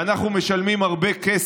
ואנחנו משלמים הרבה כסף,